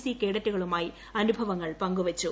C കേഡറ്റുകളുമായി അനുഭവങ്ങൾ പങ്കുവച്ചു